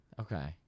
okay